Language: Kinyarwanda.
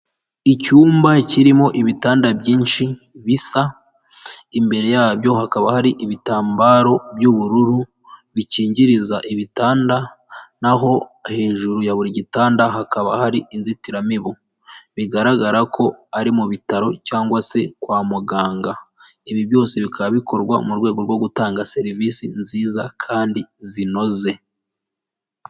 Icyumba kirimo ibitanda byinshi bisa, imbere yabyo hakaba hari ibitambaro by'ubururu bikingiriza ibitanda, naho hejuru ya buri gitanda hakaba hari inzitiramibu, bigaragara ko ari mu bitaro cyangwa se kwa muganga. Ibi byose bikaba bikorwa mu rwego rwo gutanga serivisi nziza kandi zinoze.